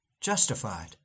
justified